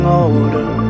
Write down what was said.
older